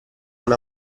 una